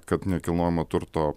kad nekilnojamojo turto